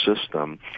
system